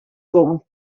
going